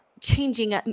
changing